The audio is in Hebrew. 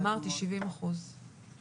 אמרתי, 70 אחוזים.